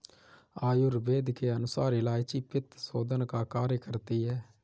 आयुर्वेद के अनुसार इलायची पित्तशोधन का कार्य करती है